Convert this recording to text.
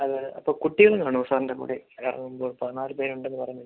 അത് അപ്പോൾ കുട്ടികള് കാണുമോ സാറിൻ്റെ കൂടെ അതാവുമ്പോൾ പതിനാല് പേരുണ്ടെന്ന് പറഞ്ഞല്ലോ